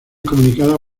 comunicada